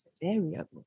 variable